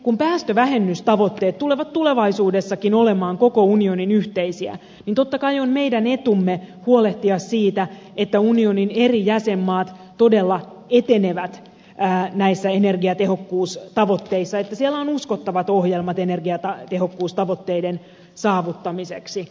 kun päästövähennystavoitteet tulevat tulevaisuudessakin olemaan koko unionin yhteisiä niin totta kai on meidän etumme huolehtia siitä että unionin eri jäsenmaat todella etenevät näissä energiatehokkuustavoitteissa että siellä on uskottavat ohjelmat energiatehokkuustavoitteiden saavuttamiseksi